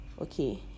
okay